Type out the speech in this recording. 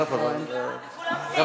גם